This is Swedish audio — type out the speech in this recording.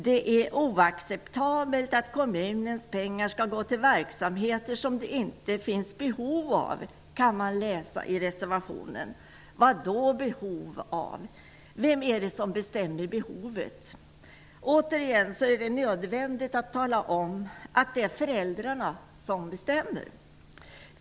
Det är oacceptabelt att kommunens pengar skall gå till verksamheter som det inte finns behov av, kan man läsa i reservationen. Vad menas med ''behov av''? Vem är det som bestämmer behovet? Det är återigen nödvändigt att tala om att det är föräldrarna som bestämmer.